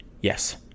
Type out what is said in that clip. yes